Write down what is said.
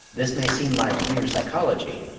this may seem like mere psychology,